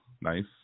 Nice